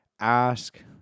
ask